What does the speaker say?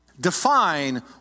define